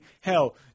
hell